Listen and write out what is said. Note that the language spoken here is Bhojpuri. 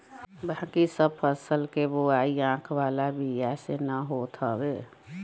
बाकी सब फसल के बोआई आँख वाला बिया से ना होत हवे